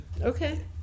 Okay